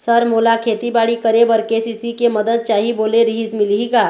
Sir मोला खेतीबाड़ी करेबर के.सी.सी के मंदत चाही बोले रीहिस मिलही का?